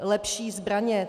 Lepší zbraně.